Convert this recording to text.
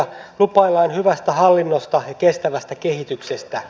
lupaillaan hyvää hallintoa ja kestävää kehitystä